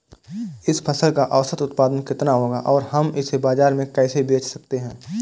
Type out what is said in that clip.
इस फसल का औसत उत्पादन कितना होगा और हम इसे बाजार में कैसे बेच सकते हैं?